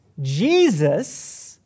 Jesus